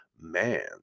man